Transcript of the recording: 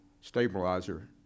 stabilizer